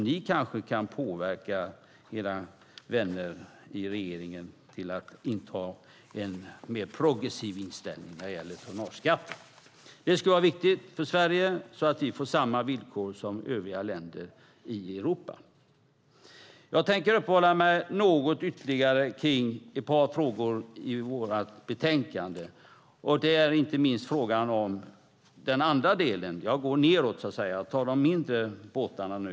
Ni kanske kan påverka era vänner i regeringen till att inta en mer progressiv inställning när det gäller tonnageskatten. Det skulle vara viktigt för Sverige, så att vi får samma villkor som övriga länder i Europa. Jag tänker uppehålla mig något ytterligare vid ett par frågor i vårt betänkande. Jag går nedåt så att säga och tar de mindre båtarna nu.